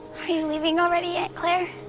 are you leaving already, aunt clair?